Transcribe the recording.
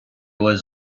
was